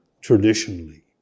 traditionally